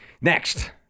Next